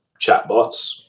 chatbots